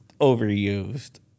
overused